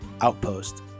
Outpost